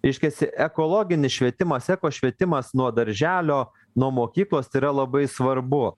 reiškiasi ekologinis švietimas eko švietimas nuo darželio nuo mokyklos yra labai svarbu